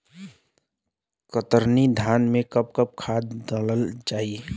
कतरनी धान में कब कब खाद दहल जाई?